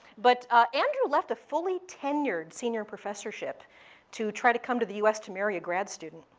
but ah andrew left a fully tenured senior professorship to try to come to the us to marry a grad student.